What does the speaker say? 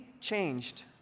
changed